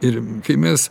ir kai mes